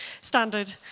standard